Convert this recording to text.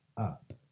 up